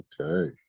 Okay